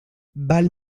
val